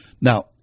Now